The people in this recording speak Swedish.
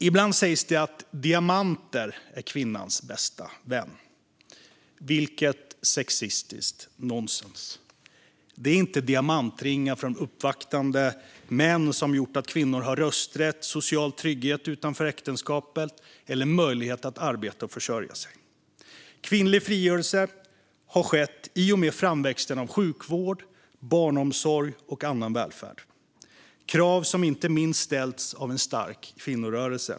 Ibland sägs det att diamanter är kvinnans bästa vän. Vilket sexistiskt nonsens! Det är inte diamantringar från uppvaktande män som har gjort att kvinnor har rösträtt, social trygghet utanför äktenskapet eller möjlighet att arbeta och försörja sig. Kvinnlig frigörelse har skett i och med framväxten av sjukvård, barnomsorg och annan välfärd. Det är krav som inte minst har ställts av en stark kvinnorörelse.